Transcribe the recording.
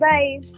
Bye